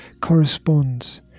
corresponds